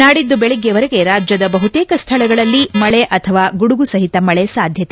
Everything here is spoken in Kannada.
ನಾಡಿದ್ದು ಬೆಳಿಗ್ಗೆಯವರೆಗೆ ರಾಜ್ದದ ಬಹುತೇಕ ಸ್ವಳಗಳಲ್ಲಿ ಮಳೆ ಅಥವಾ ಗುಡುಗು ಸಹಿತ ಮಳೆ ಸಾಧ್ವತೆ